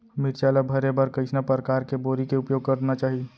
मिरचा ला भरे बर कइसना परकार के बोरी के उपयोग करना चाही?